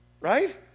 Right